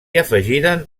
afegiren